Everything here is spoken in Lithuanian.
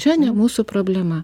čia ne mūsų problema